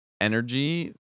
energy